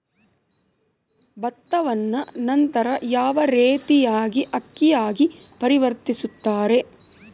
ಭತ್ತವನ್ನ ನಂತರ ಯಾವ ರೇತಿಯಾಗಿ ಅಕ್ಕಿಯಾಗಿ ಪರಿವರ್ತಿಸುತ್ತಾರೆ?